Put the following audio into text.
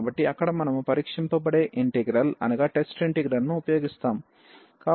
కాబట్టి అక్కడ మనము పరీక్షింపబడే ఇంటిగ్రల్ ను ఉపయోగిస్తాము